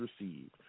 received